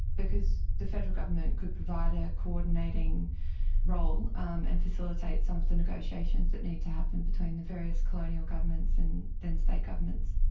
because the federal government could provide a co-ordinating role, um and facilitate some of the negotiations that needed to happen between the various colonial governments and then state governments.